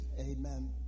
Amen